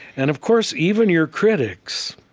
and of course, even your critics